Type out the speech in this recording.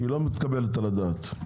לא מתקבלת על הדעת.